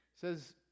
says